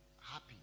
happy